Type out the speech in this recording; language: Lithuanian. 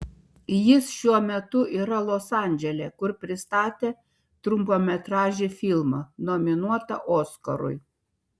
jis šiuo metu yra los andžele kur pristatė trumpametražį filmą nominuotą oskarui